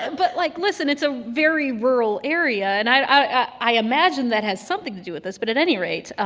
but like, listen. it's a very rural area. and i i imagine that has something to do with this, but at any rate,